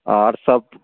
आओर सभ